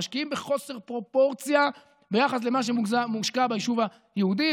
משקיעים בחוסר פרופורציה ביחס למה שמושקע ביישוב היהודי.